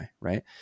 Right